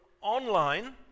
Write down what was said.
online